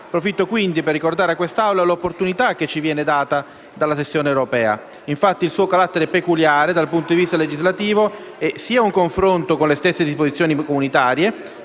Profitto, quindi, per ricordare a quest'Assemblea l'opportunità che ci viene data dalla sessione europea: il suo carattere peculiare dal punto di vista legislativo è sia un confronto con le stesse disposizioni comunitarie